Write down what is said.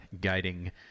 guiding